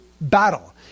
battle